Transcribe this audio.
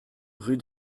rue